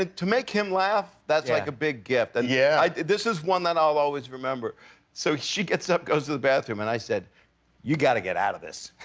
ah to make him laugh, that's like a big gift. and yeah this is one that i'll always remember so she gets up, goes to the bathroom, and i said you gotta get out of this,